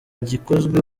gikozwe